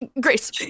Grace